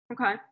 Okay